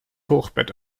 hochbett